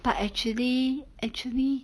but actually actually